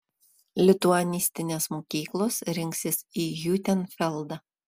lituanistinės mokyklos rinksis į hiutenfeldą